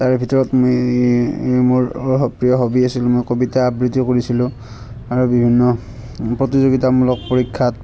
তাৰে ভিতৰত মই মোৰ প্ৰিয় হ'বি আছিল মই কবিতা আবৃত্তি কৰিছিলোঁ আৰু বিভিন্ন প্ৰতিযোগিতামূলক পৰীক্ষাত